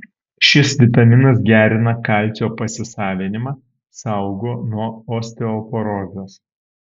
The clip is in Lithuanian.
šis vitaminas gerina kalcio pasisavinimą saugo nuo osteoporozės